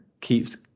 keeps